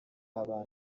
abantu